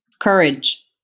Courage